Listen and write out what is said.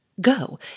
Go